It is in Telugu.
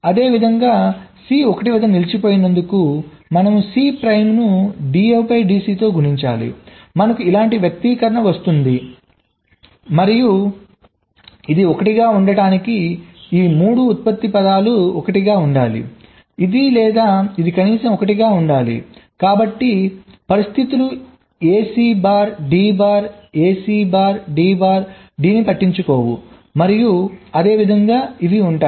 అదేవిధంగా C 1 వద్ద నిలిచిపోయినందుకు మనము C ప్రైమ్ ను dF dC తో గుణించాలి మనకు ఇలాంటి వ్యక్తీకరణ వస్తుంది మరియు ఇది 1 గా ఉండటానికి ఈ మూడు ఉత్పత్తి పదాలు 1 గా ఉండాలి ఇది లేదా ఇది లేదా ఇది కనీసం 1 గా ఉండాలి కాబట్టి పరిస్థితులు AC bar D bar AC bar D bar D పట్టించుకోవు మరియు అదేవిధంగా ఇవి ఉంటాయి